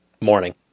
Morning